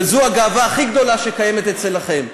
וזו הגאווה הכי גדולה שקיימת אצלכם.